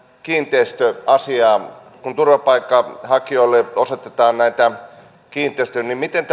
kiinteistöasiaan kun turvapaikanhakijoille osoitetaan näitä kiinteistöjä niin miten